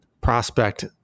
prospect